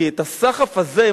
כי הסחף הזה,